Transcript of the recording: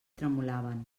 tremolaven